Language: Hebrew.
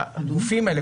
הגופים האלה,